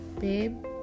Babe